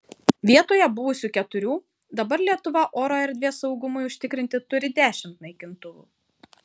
vietoje buvusių keturių dabar lietuva oro erdvės saugumui užtikrinti turi dešimt naikintuvų